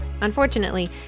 Unfortunately